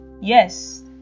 yes